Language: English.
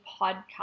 podcast